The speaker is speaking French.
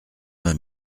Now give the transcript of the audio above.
vingt